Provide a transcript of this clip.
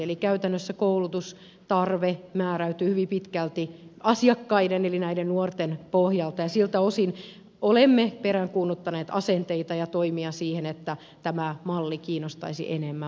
eli käytännössä koulutustarve määräytyy hyvin pitkälti asiakkaiden eli nuorten pohjalta ja siltä osin olemme peräänkuuluttaneet asenteita ja toimia siihen että tämä malli kiinnostaisi enemmän